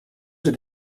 did